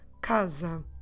Casa